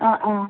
ആ ആ